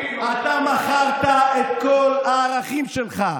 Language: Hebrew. אתה מכרת את כל הערכים שלך.